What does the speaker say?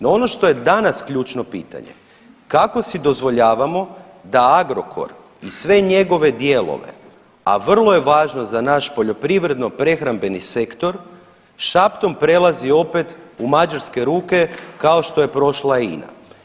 No ono što je danas ključno pitanje kako si dozvoljavamo da Agrokor i sve njegove dijelove, a vrlo je važno za naš poljoprivredno-prehrambeni sektor šaptom prelazi opet u mađarske ruke kao što je prošla i INA.